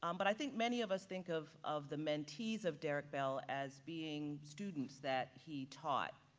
um but i think many of us think of of the mentees of derrick bell as being students that he taught.